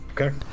Okay